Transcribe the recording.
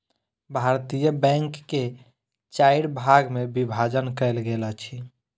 भारतीय बैंक के चाइर भाग मे विभाजन कयल गेल अछि